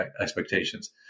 expectations